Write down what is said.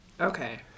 Okay